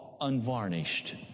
unvarnished